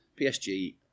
PSG